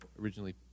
originally